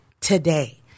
today